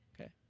Okay